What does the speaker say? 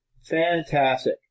Fantastic